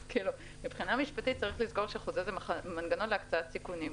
מבחינה משפטית צריך לזכור שחוזה זה מנגנון להקצאת סיכונים.